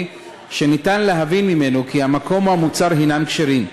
שניתן להבין ממנו כי המקום או המוצר הנם כשרים,